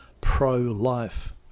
pro-life